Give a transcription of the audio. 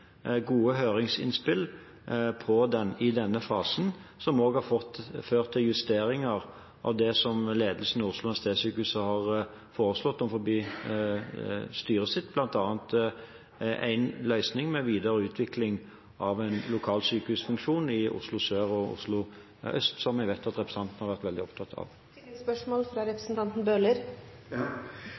gode høringsinnspill i denne fasen, som også har ført til justeringer av det som ledelsen ved Oslo universitetssykehus har foreslått overfor sitt styre, bl.a. en løsning med videre utvikling av en lokalsykehusfunksjon i Oslo sør og Oslo øst, som jeg vet at representanten har vært veldig opptatt av.